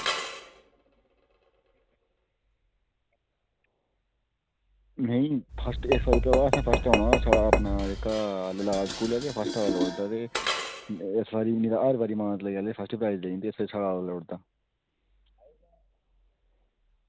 इस बारी असें फर्स्ट औना गै इस बारी साढ़ा अपना जेह्ड़ा स्कूल ऐ ते फर्स्ट आये दा लोड़दा नेईं तां हर बारी मान तलाई आह्ले फर्स्ट प्राईज़ लेई जंदे इस बारी साढ़ा आया लोड़दा